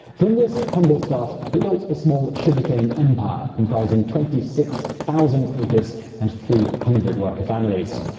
from this humble start, he built a small sugarcane empire comprising twenty six thousand acres and three hundred worker families.